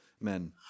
men